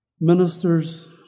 Ministers